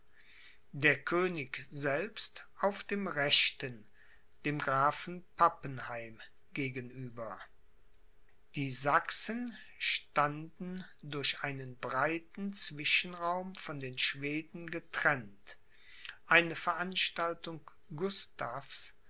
der könig selbst auf dem rechten dem grafen pappenheim gegenüber die sachsen standen durch einen breiten zwischenraum von den schweden getrennt eine veranstaltung